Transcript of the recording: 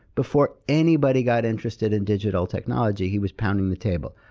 before anybody got interested in digital technology, he was pounding the table.